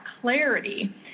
clarity